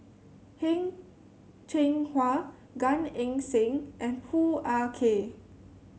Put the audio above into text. Heng Cheng Hwa Gan Eng Seng and Hoo Ah Kay